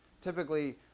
Typically